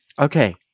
Okay